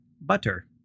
butter